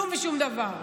כלום ושום דבר.